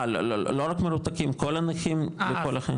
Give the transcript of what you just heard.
אה, לא רק מרותקים, כל הנכים לכל החיים.